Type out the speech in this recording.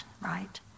right